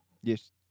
Yes